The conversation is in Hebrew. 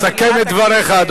סכם את דבריך.